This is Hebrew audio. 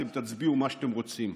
אתם תצביעו מה שאתם רוצים.